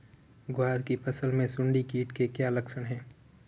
ग्वार की फसल में सुंडी कीट के क्या लक्षण है?